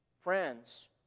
Friends